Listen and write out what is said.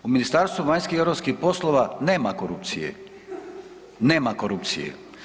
U Ministarstvu vanjskih i europskih poslova nema korupcije, nema korupcije.